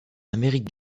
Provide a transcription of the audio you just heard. amérique